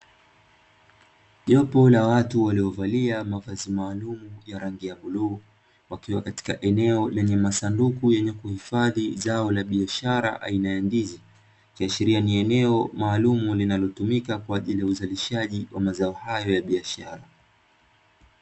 Jopo la watu waliovalia mavazi maalumu ya rangi ya bluu wakiwa katika masanduku yenye kuhifadhi zao la biashara aina ya ndizi, ikiashiria ni eneo maalumu linatumika kwa ajili ya uzalishaji wa mazao hayo ya biashara.